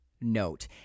note